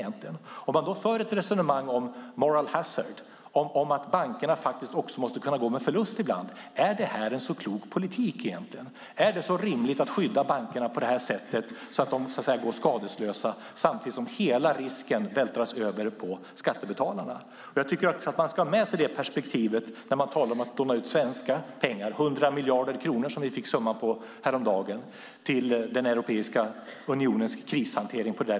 För man ett resonemang om moral hazard, om att bankerna också måste kunna gå med förlust ibland, är då detta en klok politik? Är det rimligt att skydda bankerna så att de går skadeslösa samtidigt som hela risken vältras över på skattebetalarna? Jag tycker att man ska ha med det perspektivet när man talar om att låna ut svenska pengar, 100 miljarder svenska kronor, till den europeiska unionens krishantering.